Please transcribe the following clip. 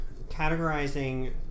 categorizing